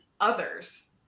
others